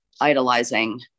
idolizing